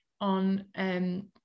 on